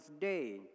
Day